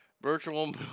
Virtual